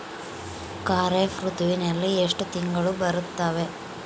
ಖಾರೇಫ್ ಋತುವಿನಲ್ಲಿ ಎಷ್ಟು ತಿಂಗಳು ಬರುತ್ತವೆ?